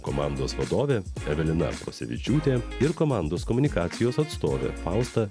komandos vadovė evelina prosevičiūtė ir komandos komunikacijos atstovė fausta